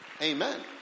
Amen